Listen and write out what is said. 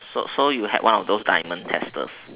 so so you had one of those diamond testers